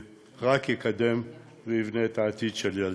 שרק יקדם ויבנה את העתיד של ילדינו.